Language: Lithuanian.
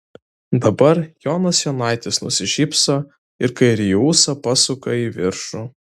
dabar jonas jonaitis nusišypso ir kairįjį ūsą pasuka į viršų